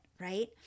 right